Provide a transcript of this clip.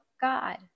God